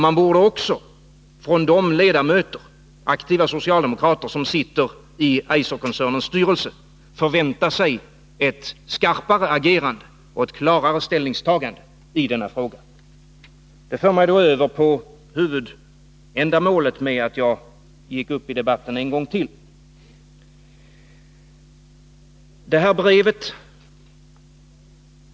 Man borde också från de ledamöter, aktiva socialdemokrater, som sitter i Eiserkoncernens styrelse ha kunnat förvänta sig ett skarpare agerande och ett klarare ställningstagande i denna fråga. Det för mig över till huvudändamålet med att jag gick upp i debatten en gång till.